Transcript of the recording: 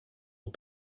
aux